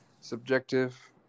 subjective